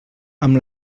amb